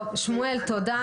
טוב, שמואל, תודה.